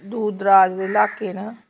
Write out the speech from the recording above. दूर दराज दे इलाके न